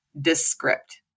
Descript